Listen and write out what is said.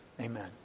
Amen